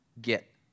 get